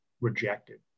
rejected